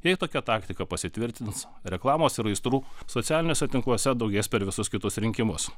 jei tokia taktika pasitvirtins reklamos ir aistrų socialiniuose tinkluose daugės per visus kitus rinkimus